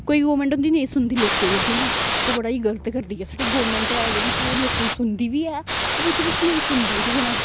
कोई गौरनमेंट उंदी नेईं सुनदी लोकें दी ठीक न ओह् बड़ी गलत करदी ऐ साढ़ी गौरमेंट ऐ जेह्ड़ी साढ़े लोकें गी सुनदी बी ऐ ओह् बिच बिच्च नेईं सुनदी ठीक न